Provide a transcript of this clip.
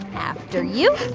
after you,